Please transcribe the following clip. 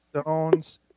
stones